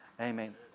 Amen